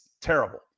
terrible